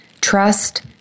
trust